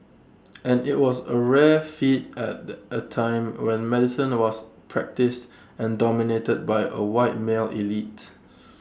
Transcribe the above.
and IT was A rare feat at the A time when medicine was practised and dominated by A white male elite